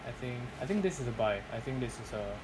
I think I think this is by I think this is a